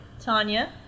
Tanya